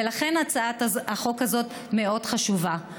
ולכן הצעת החוק הזאת מאוד חשובה.